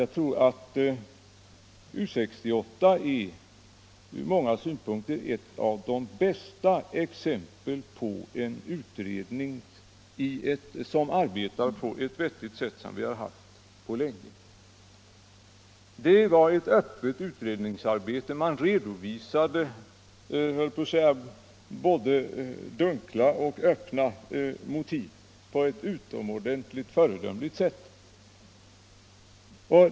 Jag tycker att U 68 från många synpunkter är ett av de bästa exempel vi haft på länge på en utredning som arbetar på ett vettigt sätt. Det var ett öppet utredningsarbete som bedrevs. Man redovisade både dunkla och öppna motiv på ett utomordentligt föredömligt sätt.